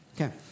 Okay